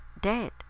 dead